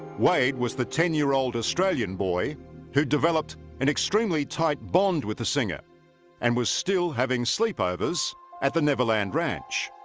wade was the ten year old australian boy who developed an extremely tight bond with the singer and was still having sleepovers at the neverland ranch